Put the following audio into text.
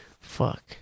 fuck